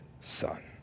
son